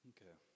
Okay